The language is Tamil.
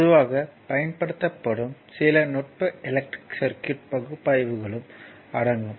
பொதுவாக பயன்படுத்தப்படும் சில நுட்ப எலக்ட்ரிக் சர்க்யூட் பகுப்பாய்வுகளும் அடங்கும்